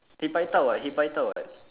he paitao [what] he paitao [what]